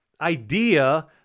idea